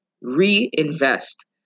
Reinvest